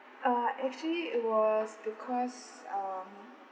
uh actually it was because um